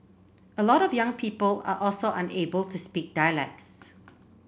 a lot of young people are also unable to speak dialects